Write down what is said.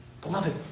Beloved